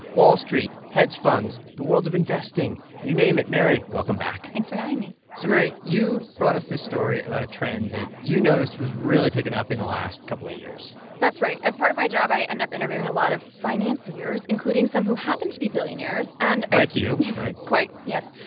wall street, hedge funds, the world of investing you name it. mary, welcome back thanks for having me so mary, you brought us this story about a trend that you noticed was really picking up in the last couple of years that's right. as part of my job, i end up interviewing a lot of financiers, including some who happen to be billionaires. and i. like you, right? quite, yes.